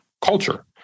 culture